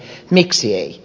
miksi ei